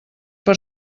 per